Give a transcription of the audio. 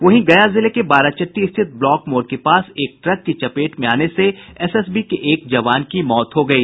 वहीं गया जिले के बाराचट्टी स्थित ब्लॉक मोड़ के पास एक ट्रक की चपेट में आने से एसएसबी के एक जवान की मौत हो गयी